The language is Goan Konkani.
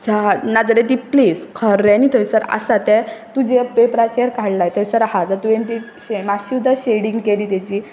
झाड नाजाल्यार ती प्लेस खऱ्यांनी थंयसर आसा तें तुजे पेपराचेर काडलाय थंयसर आसा जर तुवेंन ती मात्शी सुद्दां शेडींग केली तेजी